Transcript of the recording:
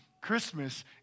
Christmas